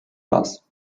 das